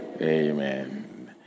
Amen